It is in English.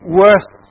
worth